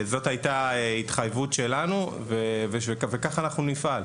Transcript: זאת הייתה ההתחייבות שלנו, וככה אנחנו נפעל.